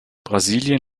brasilien